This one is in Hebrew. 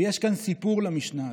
ויש כאן סיפור, למשנה הזאת,